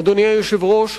אדוני היושב-ראש,